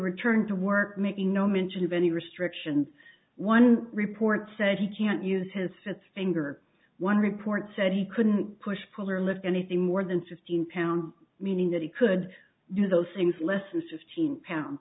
returned to work making no mention of any restrictions one report said he can't use his fits of anger one report said he couldn't push pull or lift anything more than fifteen pounds meaning that he could do those things less than fifteen pounds